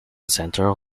central